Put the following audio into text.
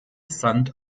sand